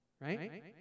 Right